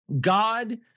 God